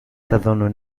تظن